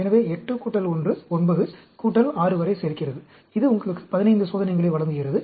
எனவே இது 8 1 9 6 வரை சேர்க்கிறது இது உங்களுக்கு 15 சோதனைகளை வழங்குகிறது